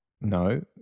No